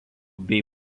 bei